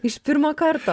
iš pirmo karto